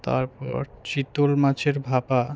তারপর চিতল মাছের ভাপা